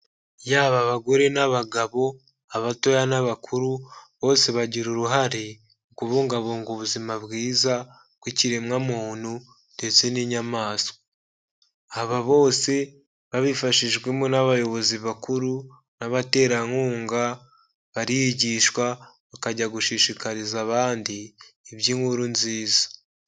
Yaba abagore n'abagabo, abatoya n'abakuru bose bagira uruhare mu kubungabunga ubuzima bwiza bw'ikiremwamuntu ndetse n'inyamaswa, aba bose babifashijwemo n'abayobozi bakuru n'abaterankunga barigishwa bakajya gushishikariza abandi iby'inkuru nziza.